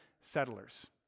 settlers